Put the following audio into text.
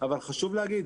אבל חשוב להגיד,